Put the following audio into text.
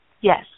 Yes